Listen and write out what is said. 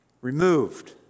removed